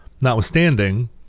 notwithstanding